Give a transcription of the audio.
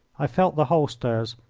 i felt the holsters,